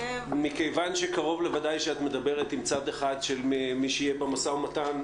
מכיוון שקרוב לוודאי שאת מדברת עם צד אחד של מי שיהיה במשא-ומתן,